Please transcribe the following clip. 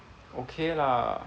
okay lah